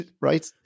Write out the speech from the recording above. right